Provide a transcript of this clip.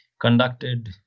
conducted